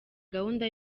gahunda